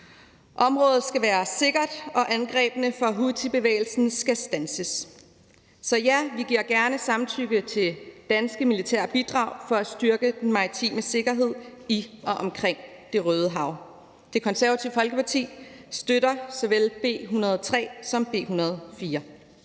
Området skal være sikkert, og angrebene fra houthibevægelsen skal standses. Så ja, vi giver gerne samtykke til danske militære bidrag for at styrke den maritime sikkerhed i og omkring Det Røde Hav. Det Konservative Folkeparti støtter såvel B 103 som B 104.